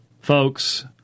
folks